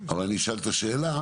אבל אני אשאל את השאלה.